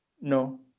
No